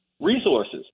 resources